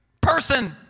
person